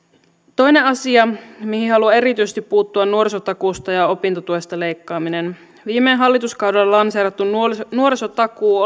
toinen asia mihin haluan erityisesti puuttua on nuorisotakuusta ja opintotuesta leikkaaminen viime hallituskaudella lanseerattu nuorisotakuu